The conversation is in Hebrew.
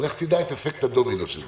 אבל לך תדע את אפקט הדומינו של זה.